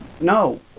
No